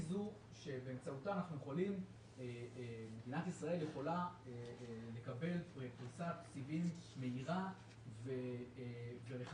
היא זו שבאמצעותה מדינת ישראל יכולה לקבל פריסת סיבים מהירה ורחבה.